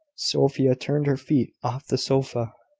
sophia turned her feet off the sofa,